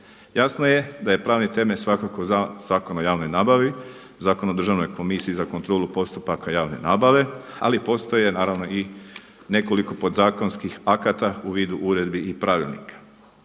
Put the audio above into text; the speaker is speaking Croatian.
Jasno je da je pravni temelj svakako Zakon o javnoj nabavi, Zakon o državnoj komisiji za kontrolu postupaka javne nabave ali i postoje naravno i nekoliko podzakonskih akata u vidu uredbi i pravilnika.